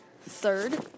third